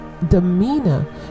demeanor